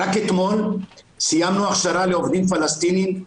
רק אתמול סיימנו הכשרה לעובדים פלסטינים.